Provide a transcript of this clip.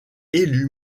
élus